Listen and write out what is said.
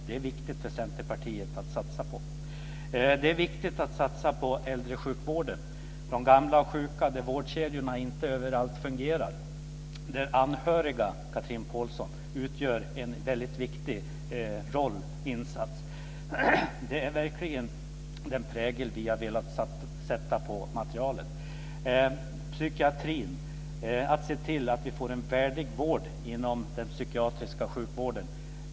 Det är också viktigt att satsa på äldresjukvården. Vårdkedjorna fungerar inte överallt, Chatrine Pålsson. Anhöriga spelar en väldigt viktig roll och gör en viktig insats. Detta är verkligen den prägel som vi har velat sätta på materialet. När det gäller psykiatrin gäller det att se till att det blir en värdig vård inom den psykiatriska sjukvården.